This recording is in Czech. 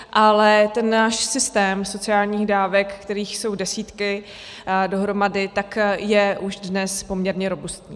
Ale náš systém sociálních dávek, kterých jsou desítky dohromady, je už dnes poměrně robustní.